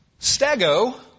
stego